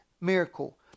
miracle